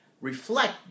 reflect